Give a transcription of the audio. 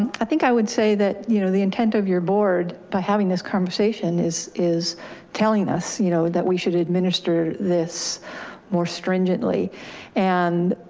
i think i would say that you know the intent of your board by having this conversation is is telling us you know that we should administer this more stringently and.